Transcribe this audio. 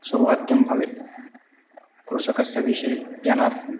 सोभाग्यं भवेत् कृषकस्य विषये ज्ञानार्थं